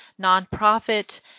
nonprofit